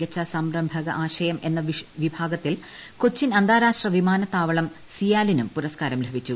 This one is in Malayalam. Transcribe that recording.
മികച്ച സംരംഭക ആശയം എന്ന വിഭാഗത്തിൽ കൊച്ചിൻ അന്താരാഷ്ട്ര വിമാനത്താവളം സിയാലിനും പുരസ്കാരം ലഭിച്ചു